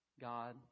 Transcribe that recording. God